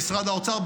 במשרד האוצר,